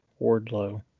Wardlow